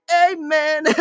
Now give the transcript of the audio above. amen